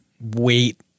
Wait